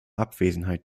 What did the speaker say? abwesenheit